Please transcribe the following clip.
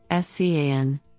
SCAN